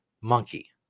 monkey